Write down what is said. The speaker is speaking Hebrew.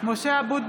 (קוראת בשמות חברי הכנסת) משה אבוטבול,